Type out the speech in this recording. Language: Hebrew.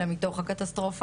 אלא מתוך הקטסטרופה.